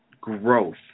growth